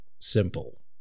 simple